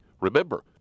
Remember